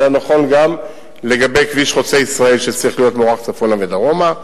וזה היה נכון גם לגבי כביש חוצה-ישראל שצריך להיות מוארך צפונה ודרומה.